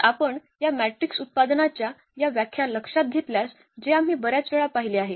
तर आपण या मॅट्रिक्स उत्पादनाच्या या व्याख्या लक्षात घेतल्यास जे आम्ही बर्याच वेळा पाहिले आहे